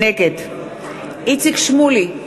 נגד איציק שמולי,